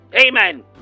Amen